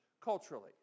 culturally